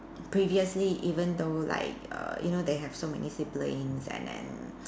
previously even though like err you know they have so many siblings and then